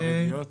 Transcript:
וחרדיות.